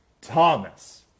Thomas